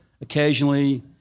occasionally